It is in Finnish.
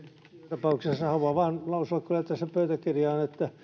tapauksessa haluan vain lausua tässä pöytäkirjaan että